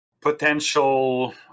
potential